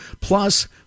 Plus